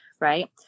right